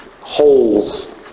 holes